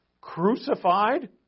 crucified